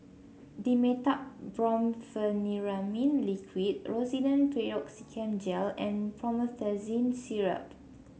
Dimetapp Brompheniramine Liquid Rosiden Piroxicam Gel and Promethazine Syrup